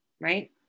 right